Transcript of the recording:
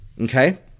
okay